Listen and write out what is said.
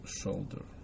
shoulder